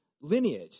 lineage